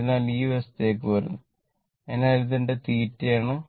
അതിനാൽ ഈ വശത്തേക്ക് വരുന്നു അതിനാൽ ഇത് എന്റെ θ ആണ്